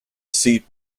seat